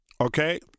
Okay